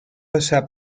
passar